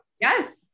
Yes